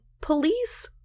police